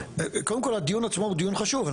קודם כל הדיון עצמו הוא דיון חשוב.